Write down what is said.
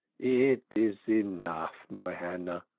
it is enough, my hannah.